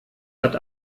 hat